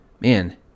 man